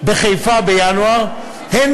בחיפה בינואר, הן